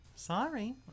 Sorry